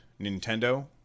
Nintendo